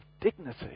dignity